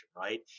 right